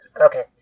Okay